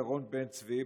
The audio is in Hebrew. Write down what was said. ירון בן צבי,